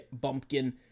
bumpkin